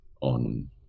on